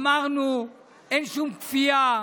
אמרנו, אין שום כפייה.